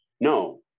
No